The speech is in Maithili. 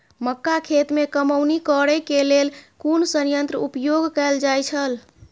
मक्का खेत में कमौनी करेय केय लेल कुन संयंत्र उपयोग कैल जाए छल?